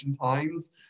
Times